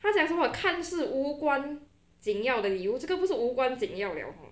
他讲什么看似无关紧要的你我这个不是无关紧要了 hor